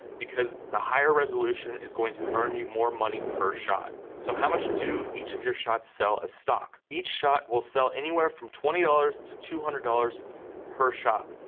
because, the higher resolution is going to earn you more money per shot. so how much do each of your shots sell, as stock? each shot will sell anywhere from twenty dollars to two hundred dollars per shot.